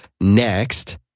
next